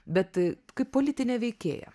bet kai politinė veikėja